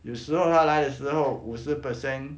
有时候他来的时候五十 percent